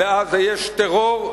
בעזה יש טרור,